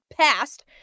passed